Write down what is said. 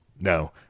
no